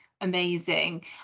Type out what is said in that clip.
amazing